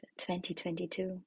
2022